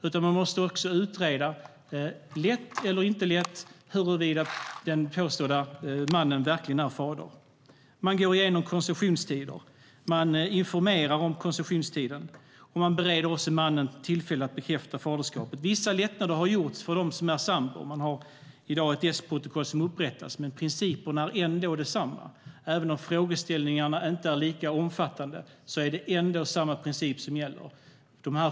Man måste dessutom utreda - lätt eller inte - huruvida den påstådda fadern verkligen är fader. Man går igenom och informerar om konceptionstider. Man bereder mannen tillfälle att bekräfta faderskapet. Vissa lättnader har gjorts för dem som är sambor. Man har i dag ett S-protokoll som upprättas. Men principen är ändå densamma. Även om frågeställningarna inte är lika omfattande är det samma princip som gäller.